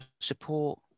support